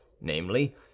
namely